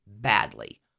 badly